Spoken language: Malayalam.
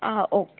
ആ ഓക്കേ